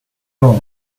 york